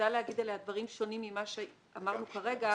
ניתן להגיד עליה דברים שונים ממה שאמרנו כרגע,